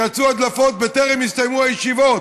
שיצאו הדלפות בטרם הסתיימו הישיבות.